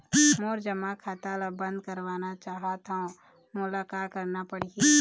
मोर जमा खाता ला बंद करवाना चाहत हव मोला का करना पड़ही?